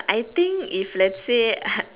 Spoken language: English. I think if let's say uh